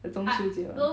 the 中秋节 [one]